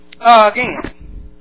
again